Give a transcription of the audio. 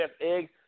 eggs